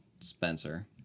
Spencer